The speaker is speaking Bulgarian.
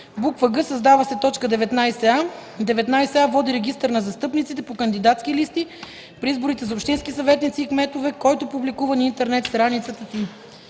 ден”; г) създава се т. 19а: „19а. води регистър на застъпниците по кандидатски листи при изборите за общински съветници и кметове, който публикува на интернет страницата